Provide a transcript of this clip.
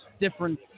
different